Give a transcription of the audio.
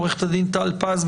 עורכת הדין טל פז,